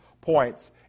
points